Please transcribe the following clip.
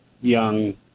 young